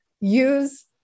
use